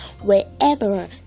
wherever